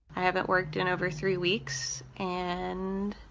i haven't worked in over three weeks, and